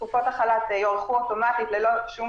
שתקופת החל"ת תוארך אוטומטית ללא שום